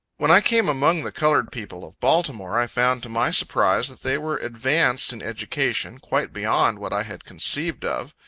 when i came among the colored people of baltimore, i found, to my surprise, that they were advanced in education, quite beyond what i had conceived of.